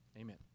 amen